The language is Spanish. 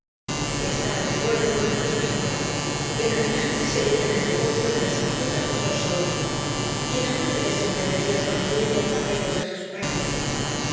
estaba de acuerdo con el tío paloma en adelante seguirían el negocio de la sequidta los dos solos y el abuelo ya se entendería con el nieto para que cobrase su parte